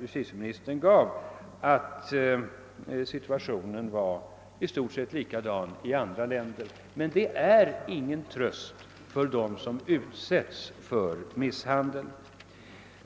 justitieministern menade sig fälla när han påpekade att situationen var i stort seti likadan i andra länder. Det är emellertid ingen tröst för dem som utsätts för misshandel.